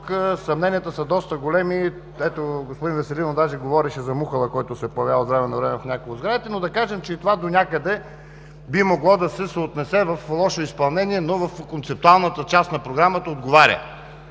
съмненията са доста големи. Ето, господин Веселинов говореше даже за мухъла, който се появява от време на време в някои от сградите. Но да кажем, че и това донякъде би могло да се съотнесе в лошо изпълнение, но в концептуалната част на Програмата отговаря.